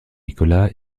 nicolas